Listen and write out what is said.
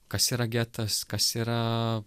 kas yra getas kas yra